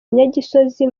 nyagisozi